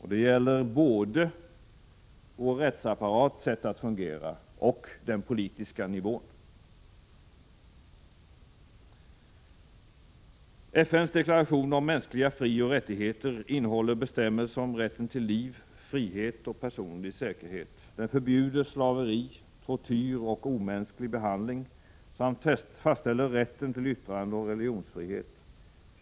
Detta gäller både vår rättsapparats sätt att fungera och den politiska nivån. FN:s deklaration om mänskliga frioch rättigheter innehåller bestämmelser om rätten till liv, frihet och personlig säkerhet. Den förbjuder slaveri, tortyr och omänsklig behandling samt fastställer rätten till yttrandeoch religionsfrihet.